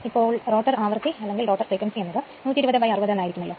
അപ്പോൾ റോട്ടർ ആവൃത്തി എന്നത് 12060 എന്ന് ആയിരികുമലോ